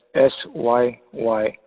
S-Y-Y